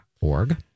org